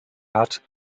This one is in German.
hat